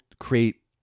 create